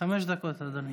חמש דקות, אדוני.